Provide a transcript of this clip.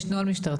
יש נוהל משטרתי,